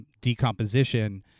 decomposition